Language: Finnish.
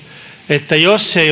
että jos ei